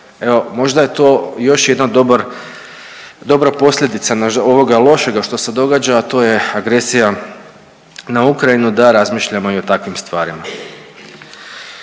možda je to još jedan dobar, dobra posljedica ovoga lošega što se događa, a to je agresija na Ukrajinu da razmišljamo i o takvim stvarima.